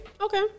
Okay